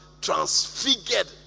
transfigured